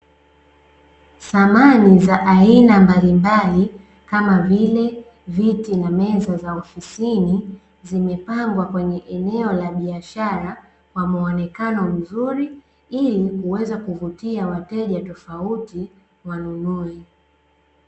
Samani za aina mbalimbali kama vile viti na meza za ofisini, zimepangwa kwenye eneo la biashara kwa muonekano mzuri, ili kuweza kuvutia wateja tofauti wanunue.